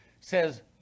says